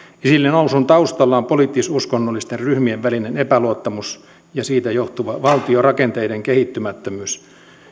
nousun taustalla on poliittis uskonnollisten ryhmien välinen epäluottamus ja siitä johtuva valtiorakenteiden kehittymättömyys